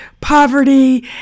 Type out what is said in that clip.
poverty